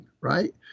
right